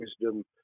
wisdom